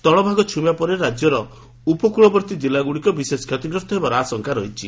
ସ୍ଚଳଭାଗ ଛୁଇଁବା ପରେ ରାକ୍ୟର ଉପକୁଳବର୍ତ୍ତୀ ଜିଲ୍ଲ ବିଶେଷ ଷତିଗ୍ରସ୍ତ ହେବାର ଆଶଙ୍କା ରହିଛି